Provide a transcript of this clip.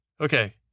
Okay